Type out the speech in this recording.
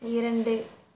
இரண்டு